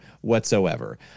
whatsoever